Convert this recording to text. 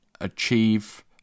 achieve